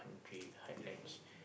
country heartlands